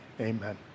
amen